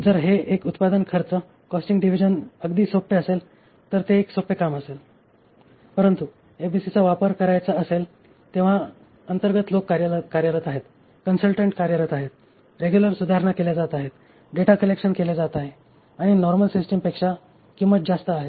जर हे एक साधारण उत्पादन खर्च कॉस्टिंग डिव्हिजन अगदी सोपे असेल तर ते एक सोपे काम असेल परंतु जेव्हा एबीसीचा वापर करायचा असेल तेव्हा अंतर्गत लोक कार्यरत आहेत कन्स्लटंटन्ट कार्यरत आहेत रेग्युलर सुधारणा केल्या जात आहेत डेटा कलेक्शन केले जात आहे आणि नॉर्मल सिस्टमपेक्षा किंमत जास्त आहे